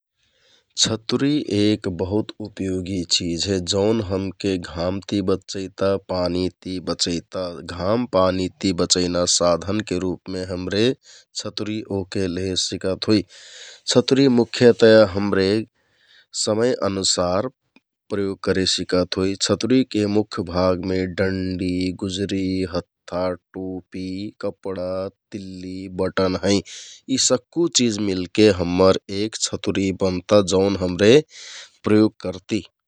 छतुरि एक बहुत उपयोगी चिझ हे जौन हमके घाम ति बचैता, पानी ति बचैता आउ घाम पानी ति बचैना साधानके रुपमे हमरे छतुरि ओहके लेहे सिकत होइ । छतुरि मुख्यतया हमरे समय अनुसार प्रयोग करे सिकत होइ । छतुरिके मुख्यभागमे डण्डि, गुजरि, हाँथा, टोपि, कपडा, तिल्लि, बटन हैं । यि सक्कु चिझ मिलके हम्मर एक छतिरि बनता जौन हमरे प्रयोग करति ।